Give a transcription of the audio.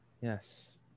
yes